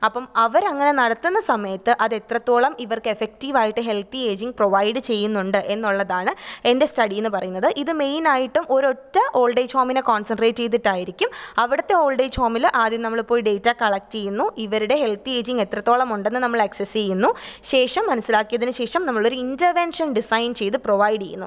അപ്പം അവർ അങ്ങനെ നടത്തുന്ന സമയത്ത് അത് എത്രത്തോളം ഇവർക്ക് എഫക്റ്റീവ് ആയിട്ട് ഹെൽത്തി എയ്ജിങ് പ്രൊവൈഡ് ചെയ്യുന്നുണ്ട് എന്നുള്ളതാണ് എൻ്റെ സ്റ്റഡീ എന്ന് പറയുന്നത് ഇത് മെയിൻ ആയിട്ടും ഒരു ഒറ്റ ഓൾഡ് ഏജ് ഹോമിനെ കോൺസെൻട്രേറ്റ് ചെയ്തിട്ട് ആയിരിക്കും അവിടുത്തെ ഓൾഡ് ഏജ് ഹോമിൽ ആദ്യം നമ്മൾ പോയി ഡേറ്റ കളക്റ്റ് ചെയ്യുന്നു ഇവരുടെ ഹെൽത്തി എയ്ജിങ് എത്രത്തോളമുണ്ടെന്ന് നമ്മൾ എക്സസസ് ചെയ്യുന്നു ശേഷം മനസ്സിലാക്കിയതിനു ശേഷം നമ്മളൊരു ഇൻ്റെർവെൻഷൻ ഡിസൈൻ ചെയ്ത് പ്രൊവൈഡ് ചെയ്യുന്നു